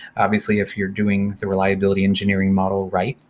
obviously, if you're doing the reliability engineering model right,